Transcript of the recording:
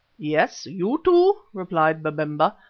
yes, you too, replied babemba.